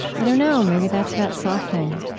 i don't know, maybe that's about softening